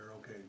okay